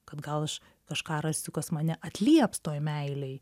kad gal aš kažką rasiu kas mane atlieps toj meilėj